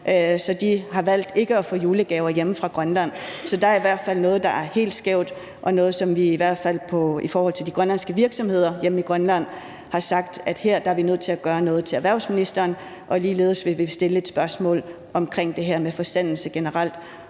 så de har valgt ikke at få julegaver hjemme fra Grønland. Så der er i hvert fald noget, der er helt skævt, og noget, som vi i hvert fald i forhold til de grønlandske virksomheder hjemme i Grønland har sagt til erhvervsministeren vi er nødt til at gøre noget ved. Ligeledes vil vi stille et spørgsmål om det her med forsendelse generelt